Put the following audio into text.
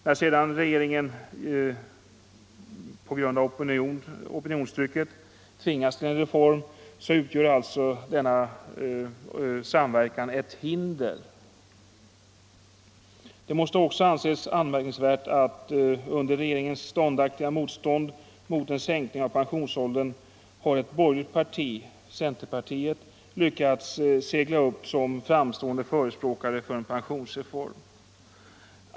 När sedan regeringen genom opinionsförtrycket tvingas till en reform, utgör alltså denna samverkan ett hinder. Det måste också anses anmärkningsvärt att ett borgerligt parti — centerpartiet — under regeringens ståndaktiga motstånd mot en sänkning av pensionsåldern har lyckats segla upp som en framstående förespråkare för en pensionsreform.